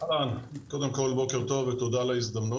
קודם כל, בוקר טוב ותודה על ההזדמנות.